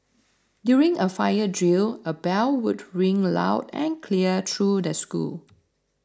during a fire drill a bell would ring loud and clear through the school